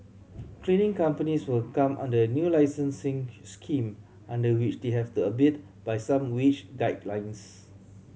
cleaning companies will come under a new licensing scheme under which they have the abide by some wage guidelines